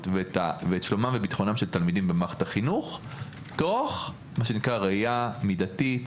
ואת שלומם וביטחונם של תלמידים במערכת החינוך תוך ראייה מידתית,